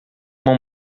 uma